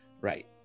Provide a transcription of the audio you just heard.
right